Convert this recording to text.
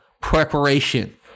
preparation